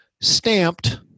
Stamped